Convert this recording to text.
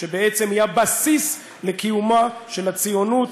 שהיא הבסיס לקיומה של הציונות,